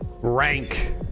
rank